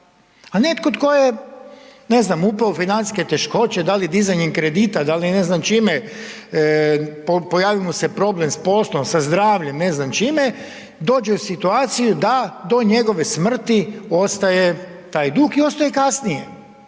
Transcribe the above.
A netko to je ne znam, upao u financijske teškoće, pojavio mu se problem s poslom, sa zdravljem ne znam čime, dođe u situaciju da do njegove smrti ostaje taj dug i ostaje kasnije.